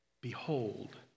Behold